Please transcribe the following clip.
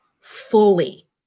fully